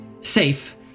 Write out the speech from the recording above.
safe